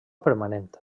permanent